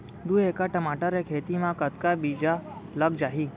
दू एकड़ टमाटर के खेती मा कतका बीजा लग जाही?